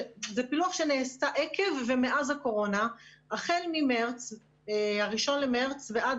זה פילוח שנעשה עקב ומאז הקורונה החל מה-1 במארס ועד